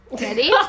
ready